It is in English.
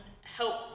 help